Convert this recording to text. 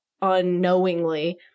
unknowingly